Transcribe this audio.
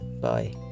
Bye